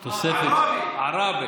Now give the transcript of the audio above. כן.